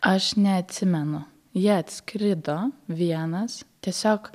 aš neatsimenu jie atskrido vienas tiesiog